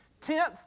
tenth